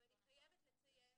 ואני חייבת לציין